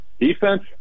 Defense